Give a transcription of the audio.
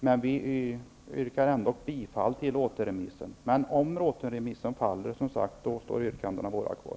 Men vi yrkar ändå bifall till återremissen. Om återremissen faller, står våra yrkanden kvar.